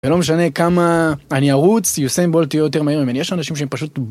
ולא משנה כמה אני ארוץ יוסיין בולט יהיה יותר מהיר ממני יש אנשים שפשוט.